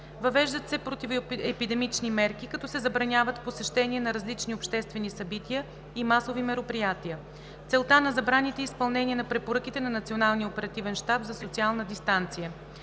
Въвеждат се противоепидемични мерки, като се забраняват посещения на различни обществени събития и масови мероприятия. Целта на забраните е изпълнение на препоръките на Националния оперативен щаб за социална дистанция.